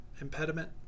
impediment